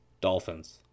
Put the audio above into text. Dolphins